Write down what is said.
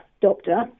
doctor